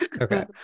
Okay